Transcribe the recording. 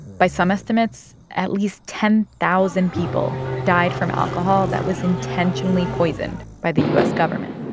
by some estimates, at least ten thousand people died from alcohol that was intentionally poisoned by the u s. government